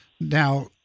Now